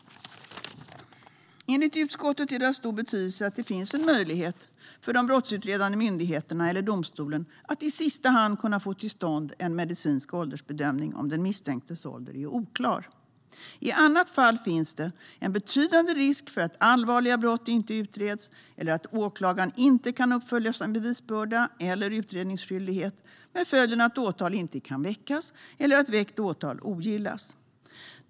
Enligt utskottet är det av stor betydelse att det finns en möjlighet för de brottsutredande myndigheterna eller domstolen att i sista hand få till stånd en medicinsk åldersbedömning om den misstänktes ålder är oklar. I annat fall finns en betydande risk för att allvarliga brott inte utreds eller att åklagaren inte kan uppfylla sin bevisbörda eller utredningsskyldighet med följden att åtal inte kan väckas eller att väckt åtal ogillas.